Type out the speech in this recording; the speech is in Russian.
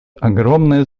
огромное